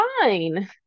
fine